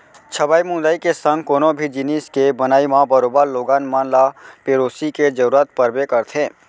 छबई मुंदई के संग कोनो भी जिनिस के बनई म बरोबर लोगन मन ल पेरोसी के जरूरत परबे करथे